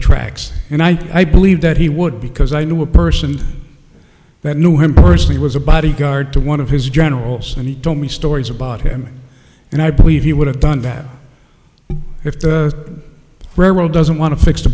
tracks and i believe that he would because i knew a person that knew him personally was a bodyguard to one of his generals and he told me stories about him and i believe he would have done that if the road doesn't want to fix the